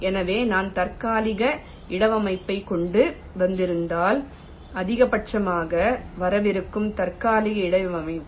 எனவே நான் தற்காலிக இடவமைப்பைக் கொண்டு வந்திருந்தால் அதிகபட்சமாக வரவிருக்கும் தற்காலிக இடவமைவுக்கு